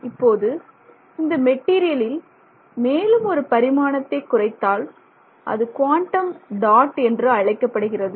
இப்போது இந்த மெட்டீரியலில் மேலும் ஒரு பரிமாணத்தை குறைத்தால் அது குவாண்டம் டாட் என்று அழைக்கப்படுகிறது